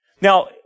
Now